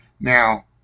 Now